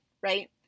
right